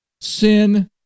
Sin